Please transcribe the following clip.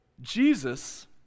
Jesus